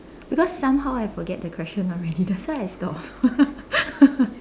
because somehow I forget the question already that's why I stopped